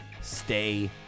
Stay